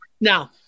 Now